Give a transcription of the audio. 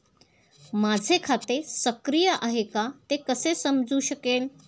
माझे खाते सक्रिय आहे का ते कसे समजू शकेल?